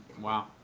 Wow